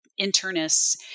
internists